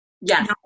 Yes